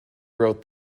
wrote